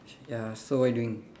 ya so what you doing